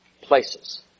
places